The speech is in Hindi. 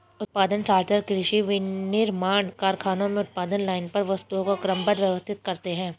उत्पादन सॉर्टर कृषि, विनिर्माण कारखानों में उत्पादन लाइन पर वस्तुओं को क्रमबद्ध, व्यवस्थित करते हैं